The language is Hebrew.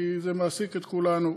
כי זה מעסיק את כולנו.